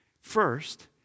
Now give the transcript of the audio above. First